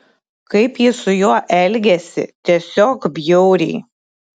kaip ji su juo elgiasi tiesiog bjauriai